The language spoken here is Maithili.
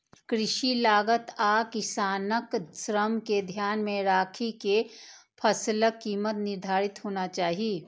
कृषि लागत आ किसानक श्रम कें ध्यान मे राखि के फसलक कीमत निर्धारित होना चाही